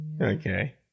Okay